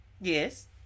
Yes